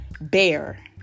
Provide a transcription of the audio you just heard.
bear